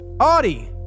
Audie